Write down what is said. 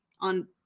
on